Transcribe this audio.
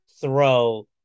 throw